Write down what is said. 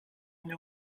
mnie